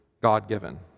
God-given